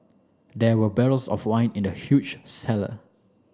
there were barrels of wine in the huge cellar